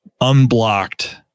unblocked